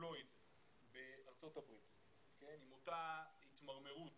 פלויד בארצות הברית, עם אותה התמרמרות